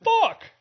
fuck